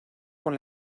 con